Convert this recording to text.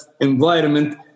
environment